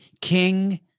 king